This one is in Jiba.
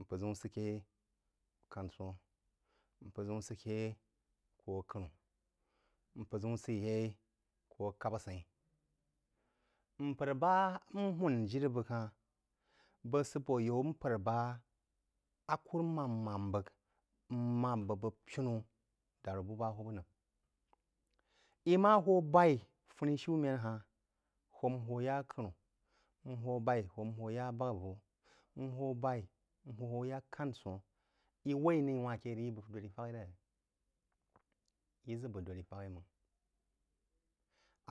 Mp’ə-ʒəuun se ke yeí kán-sōhn, mp’al-ʒəm sə ke yeí kú ak’ənú, mp’ə-ʒəun sə yei kú akap’bà sa’in-í. Mpər ba n hūn jirá bəg ha-hn bəg sə bō yaú ba a kùrúmām mām bəg, m mām bəg bəgk pīnú dārú bú bȧ hūwūb nəm. Í má hō b’aí funishamēn hāhn hō n hō ya ak’ənú, n hō b’aí n hō ya abagha-ʒō, n hō b’aí n ho yá kān-sōhn í waí ní wān ké rəg yí bəg dōdrí fak-í ré? Yi ʒə bəg dōdrí fak-í máng.